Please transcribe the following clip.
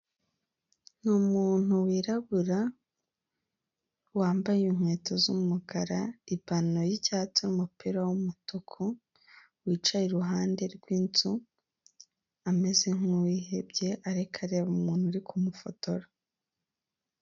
Ni umuntu wirabura wambaye inkweto z'umukara ipantaro y'icyatsi n'umupira w'umutuku, wicaye iruhande rw'inzu ameze nk'uwihebye ariko areba umuntu uri kumufotora.